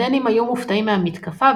הדנים היו מופתעים מהמתקפה,